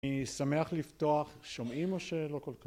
אני שמח לפתוח שומעים או שלא כל כך